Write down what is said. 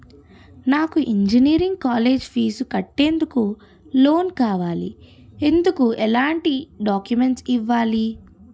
నాకు engineering college fee కట్టేందుకు loan కావాలి, ఎందుకు ఎలాంటి డాక్యుమెంట్స్ ఇవ్వాలి?